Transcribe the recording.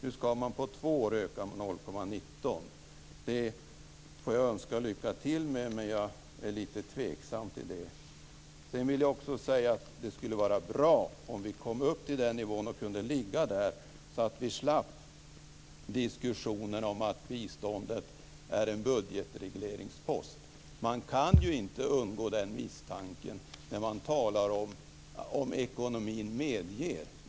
Hur ska man på två år öka med 0,19? Det får jag önska lycka till med. Men jag är lite tveksam till det. Sedan vill jag också säga att det skulle vara bra om vi kom upp i den nivån och kunde ligga där så att vi slapp diskussioner om att biståndet är en budgetregleringspost. Man kan inte undgå den misstanken när man talar om "om ekonomin medger".